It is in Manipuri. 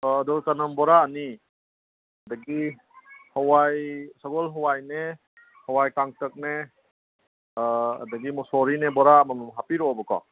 ꯑꯥ ꯑꯗꯣ ꯆꯅꯝ ꯕꯣꯔꯥ ꯑꯅꯤ ꯑꯗꯒꯤ ꯍꯋꯥꯏ ꯁꯒꯣꯜ ꯍꯋꯥꯏꯅꯦ ꯍꯋꯥꯏ ꯀꯥꯡꯇꯛꯅꯦ ꯑꯗꯒꯤ ꯃꯨꯛꯁꯣꯔꯤꯅꯦ ꯕꯣꯔꯥ ꯑꯃꯃꯝ ꯍꯥꯞꯄꯤꯔꯣꯕꯀꯣ